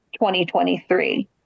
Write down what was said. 2023